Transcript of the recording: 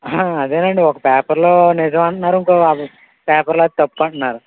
అదేనండీ ఒక పేపర్లో నిజం అంటున్నారు ఇంకో పేపర్లో అది తప్పంటున్నారు